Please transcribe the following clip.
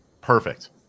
perfect